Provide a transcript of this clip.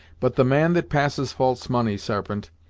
but the man that passes false money, sarpent,